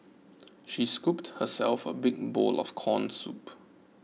she scooped herself a big bowl of Corn Soup